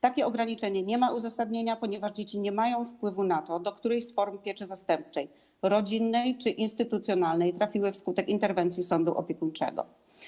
Takie ograniczenie nie ma uzasadnienia, ponieważ dzieci nie mają wpływu na to, do której z form pieczy zastępczej - rodzinnej czy instytucjonalnej - trafiły wskutek interwencji sądu opiekuńczego.